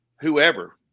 whoever